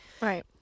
Right